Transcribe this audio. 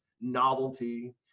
novelty